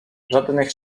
żadnych